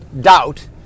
doubt